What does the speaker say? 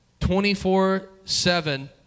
24-7